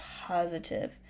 positive